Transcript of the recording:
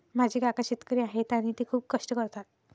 माझे काका शेतकरी आहेत आणि ते खूप कष्ट करतात